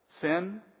Sin